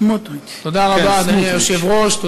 אדוני היושב-ראש,